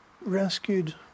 rescued